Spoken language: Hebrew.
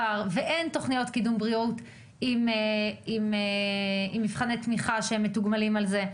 אין תוכניות קידום בריאות עם מבחני תמיכה שהם מתוגמלים על זה.